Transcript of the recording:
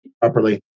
properly